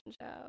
show